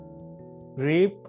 rape